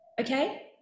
okay